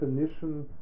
definition